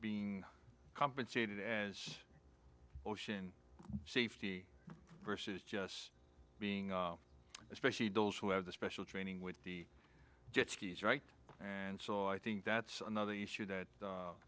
being compensated as ocean safety versus just being especially those who have the special training with the jet skis right and so i think that's another issue that